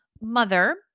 mother